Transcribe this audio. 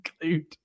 include